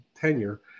tenure